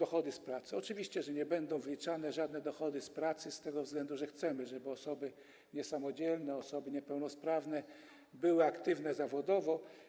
Oczywiście, że nie będą wliczane żadne dochody z pracy z tego względu, że chcemy, żeby osoby niesamodzielne, osoby niepełnosprawne były aktywne zawodowo.